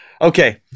Okay